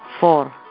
Four